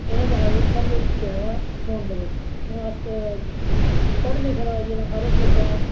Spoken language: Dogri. ओह्दे बारै च सब किश दित्ते दा फोन दे बिच अस पढ़े लिखे दा जेह्ड़ा हर इक बच्चा